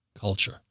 culture